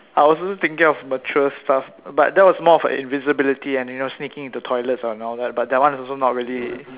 I was also thinking of mature stuff but that was more of uh invisibility and you know sneaking into toilets and all that but that one's also not really